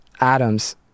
atoms